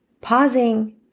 pausing